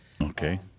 okay